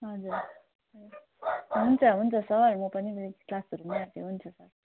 हजुर हुन्छ हुन्छ सर म पनि क्लासहरू हुनु आँट्यो हुन्छ सर